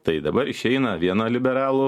tai dabar išeina vieno liberalų